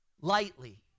lightly